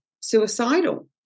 suicidal